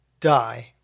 Die